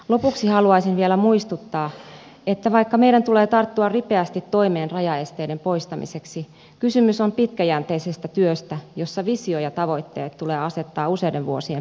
lopuksi haluaisin vielä muistuttaa että vaikka meidän tulee tarttua ripeästi toimeen rajaesteiden poistamiseksi kysymys on pitkäjänteisestä työstä jossa visio ja tavoitteet tulee asettaa useiden vuosien päähän